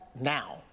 now